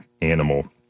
animal